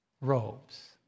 robes